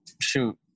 shoot